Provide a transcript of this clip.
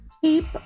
keep